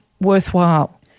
worthwhile